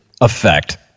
effect